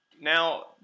now